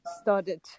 started